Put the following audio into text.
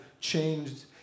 changed